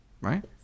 right